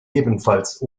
ebenfalls